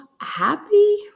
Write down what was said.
happy